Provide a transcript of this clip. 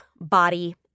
body